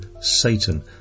Satan